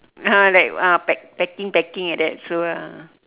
like ah pa~ packing packing like that so ah